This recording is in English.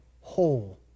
whole